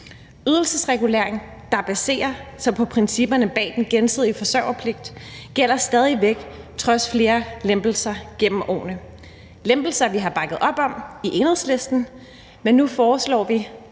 Ydelsesregulering, der baserer sig på principperne bag den gensidige forsørgerpligt, gælder stadig væk trods flere lempelser gennem årene, lempelser, vi har bakket op om i Enhedslisten, men nu foreslår vi